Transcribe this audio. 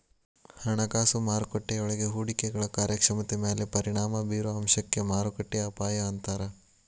ಹಣಕಾಸು ಮಾರುಕಟ್ಟೆಯೊಳಗ ಹೂಡಿಕೆಗಳ ಕಾರ್ಯಕ್ಷಮತೆ ಮ್ಯಾಲೆ ಪರಿಣಾಮ ಬಿರೊ ಅಂಶಕ್ಕ ಮಾರುಕಟ್ಟೆ ಅಪಾಯ ಅಂತಾರ